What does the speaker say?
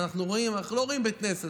ואנחנו לא רואים בית כנסת,